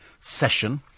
session